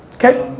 okay,